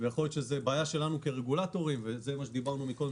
לפחות תדברו על התלונות האלו,